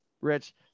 Rich